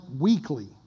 weekly